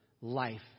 life